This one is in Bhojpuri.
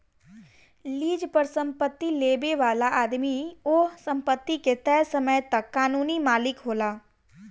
लीज पर संपत्ति लेबे वाला आदमी ओह संपत्ति के तय समय तक कानूनी मालिक होला